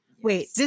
Wait